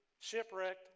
shipwrecked